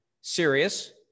serious